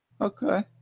Okay